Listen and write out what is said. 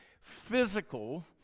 physical